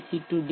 C D